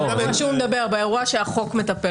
באירוע שהחוק מטפל.